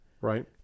right